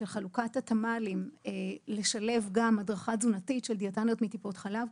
חלוקת התמ"ל לשלב גם הדרכה תזונתית של דיאטניות מטיפות חלב,